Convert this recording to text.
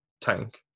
tank